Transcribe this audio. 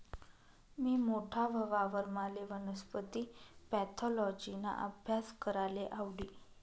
मी मोठा व्हवावर माले वनस्पती पॅथॉलॉजिना आभ्यास कराले आवडी